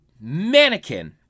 mannequin